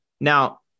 Now